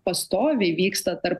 pastoviai vyksta tarp